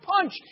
punch